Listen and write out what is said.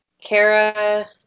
Kara